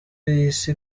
isi